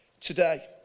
today